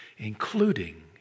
Including